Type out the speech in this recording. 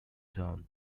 town